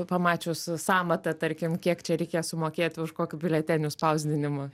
pamačius sąmatą tarkim kiek čia reikės sumokėti už kokių biuletenių spausdinimą